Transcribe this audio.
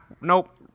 nope